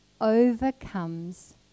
overcomes